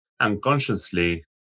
unconsciously